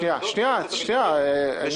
שנייה, ניר.